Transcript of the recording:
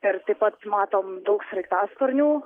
ir taip pat matom daug sraigtasparnių